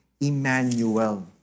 Emmanuel